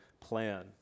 plan